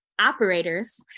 operators